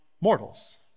mortals